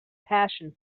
passion